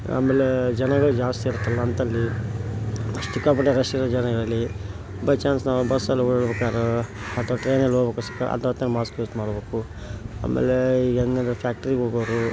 ಆಮೇಲೆ ಜನಗಳು ಜಾಸ್ತಿ ಇರ್ತಲ್ಲ ಅಂತಲ್ಲಿ ಸಿಕ್ಕಾಪಟ್ಟೆ ರಶ್ ಇರೋ ಜಾಗದಲ್ಲಿ ಬೈ ಚಾನ್ಸ್ ನಾವು ಬಸ್ಸಲ್ಲಿ ಓಡಾಡಬೇಕಾದ್ರೆ ಅಥವಾ ಟ್ರೈನಲ್ಲಿ ಹೋಗ್ಬೇಕು ಸಹ ಅದರದ್ದೇ ಮಾಸ್ಕ್ ಯೂಸ್ ಮಾಡಬೇಕು ಆಮೇಲೆ ಈಗ ಹೆಂಗೆ ಅಂದರೆ ಫ್ಯಾಕ್ಟ್ರಿಗೆ ಹೋಗೋರು